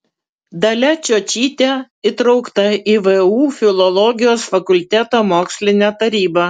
dalia čiočytė įtraukta į vu filologijos fakulteto mokslinę tarybą